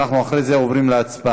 אחרי זה אנחנו עוברים להצבעה.